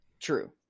True